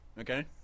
Okay